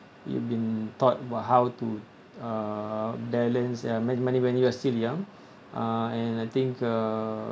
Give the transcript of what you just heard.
you've been taught wh~ how to uh balance ya mo~ mo~ money when you are still young uh and I think uh